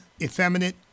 effeminate